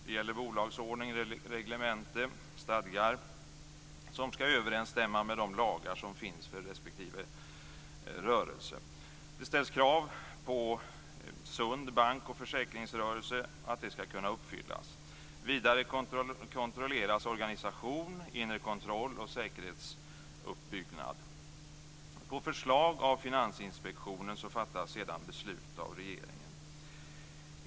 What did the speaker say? Det gäller bolagsordning, reglemente och stadgar som skall överensstämma med de lagar som finns för respektive rörelse. Det ställs krav på sund bank och försäkringsrörelse. Vidare kontrolleras organisation, inre kontroll och säkerhetsuppbyggnad. På förslag av Finansinspektionen fattas sedan beslut av regeringen.